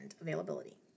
availability